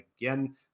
again